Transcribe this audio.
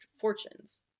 fortunes